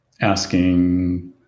asking